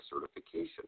certification